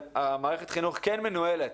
ומערכת החינוך כן מנוהלת